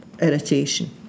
Irritation